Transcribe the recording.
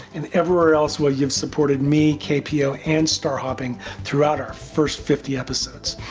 and everywhere else where you have supported me, kpo, and star hopping throughout our first fifty episodes.